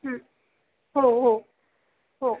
हो हो हो